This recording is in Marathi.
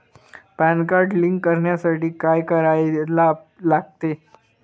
पॅन कार्ड लिंक करण्यासाठी काय करायला लागते?